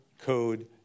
code